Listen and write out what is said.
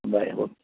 बरें